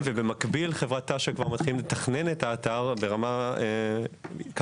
ובמקביל חברת תש"ן כבר מתחילה לתכנן את האתר ברמה יותר מפורטת,